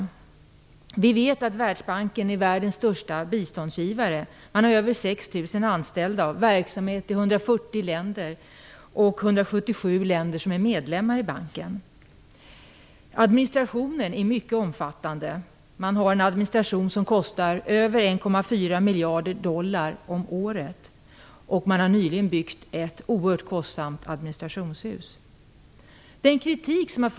Vi vet att Världsbanken är världens största biståndsgivare med över 6 000 anställda och verksamhet i 140 länder. 177 länder är medlemmar i banken. Administrationen är mycket omfattande. Den kostar över 1,4 miljarder dollar om året. Nyligen har man byggt ett administrationshus, vilket var oerhört kostsamt.